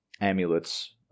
amulets